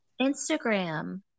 Instagram